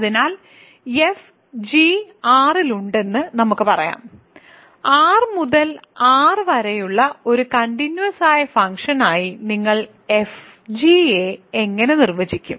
അതിനാൽ f g R ൽ ഉണ്ടെന്ന് നമുക്ക് പറയാം R മുതൽ R വരെയുള്ള ഒരു കണ്ടിന്യൂസ് ആയ ഫംഗ്ഷനായി നിങ്ങൾ fg യെ എങ്ങനെ നിർവചിക്കും